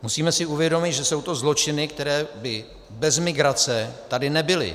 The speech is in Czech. Musíme si uvědomit, že jsou to zločiny, které by bez migrace tady nebyly.